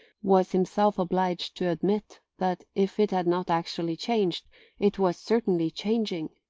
was himself obliged to admit that if it had not actually changed it was certainly changing.